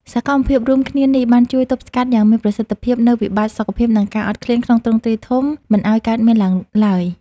សកម្មភាពរួមគ្នានេះ បានជួយទប់ស្កាត់យ៉ាងមានប្រសិទ្ធភាពនូវវិបត្តិសុខភាព និងការអត់ឃ្លានក្នុងទ្រង់ទ្រាយធំ មិនឱ្យកើតមានឡើងឡើយ។